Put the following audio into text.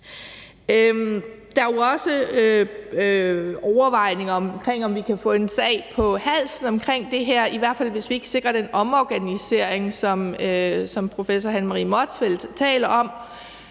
Der er jo også overvejelser om, om vi kan få en sag på halsen omkring det her, i hvert fald hvis vi ikke sikrer den omorganisering, som professor Hanne Marie Motzfeldt taler om,